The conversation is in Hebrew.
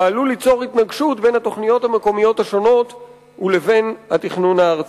ועלול ליצור התנגשות בין התוכניות המקומיות השונות לבין התכנון הארצי.